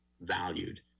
valued